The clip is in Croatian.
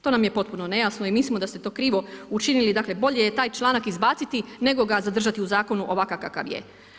To nam je potpuno nejasno i mislimo da ste to krivo učinili, dakle bolje je taj članak izbaciti nego za zadržati u zakonu ovakav kakav je.